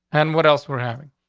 and what else we're having?